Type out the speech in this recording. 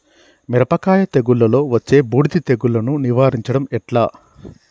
మిరపకాయ తెగుళ్లలో వచ్చే బూడిది తెగుళ్లను నివారించడం ఎట్లా?